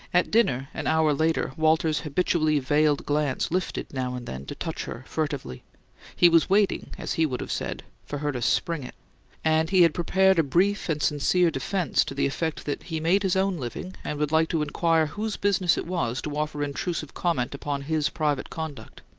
at dinner, an hour later, walter's habitually veiled glance lifted, now and then, to touch her furtively he was waiting, as he would have said, for her to spring it and he had prepared a brief and sincere defense to the effect that he made his own living, and would like to inquire whose business it was to offer intrusive comment upon his private conduct.